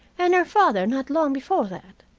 and her father not long before that.